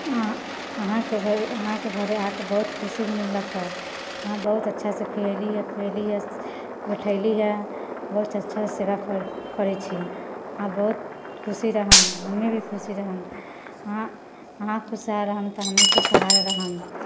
अहाँ अहाँके अहाँके घरे आके बहुत खुशी मिललक हऽ अहाँ बहुत अच्छासँ खियैलियै है पिअलियै है बैठेलि है बहुत अच्छासँ सेवा करै छी अहाँ बहुत खुशी रहै हमे भी खुशी रहै अहाँ अहाँ खुशहाल रहब तऽ हमहुँ खुशहाल रहब